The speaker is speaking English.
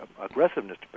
aggressiveness